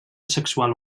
sexual